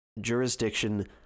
jurisdiction